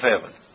heaven